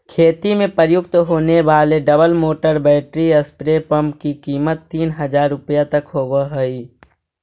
खेती में प्रयुक्त होने वाले double motor battery spray pump की कीमत तीन हज़ार रुपया तक होवअ हई